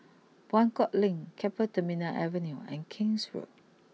Buangkok Link Keppel Terminal Avenue and King's Road